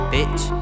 Bitch